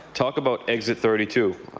talk about exit thirty two.